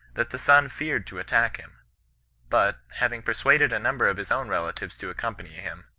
that the son feared to attack him but, hav ing persuaded a number of his own relatives to accom pany him,